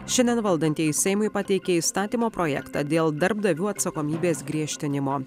šiandien valdantieji seimui pateikė įstatymo projektą dėl darbdavių atsakomybės griežtinimo